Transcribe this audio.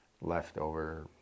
leftover